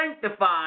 sanctified